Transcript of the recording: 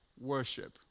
worship